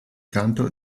canto